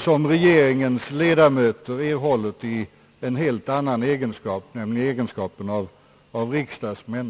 som regeringens ledamöter har erhållit i en helt annan egenskap, nämligen i egenskap av riksdagsmän.